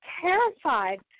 terrified